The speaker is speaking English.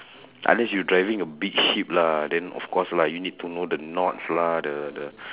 unless you driving a big ship lah then of course lah you need to know the knots lah the the